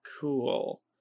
cool